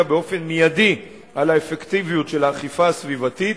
באופן מיידי על האפקטיביות של האכיפה הסביבתית,